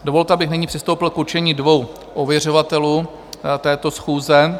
Dovolte, abych nyní přistoupil k určení dvou ověřovatelů této schůze.